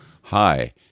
hi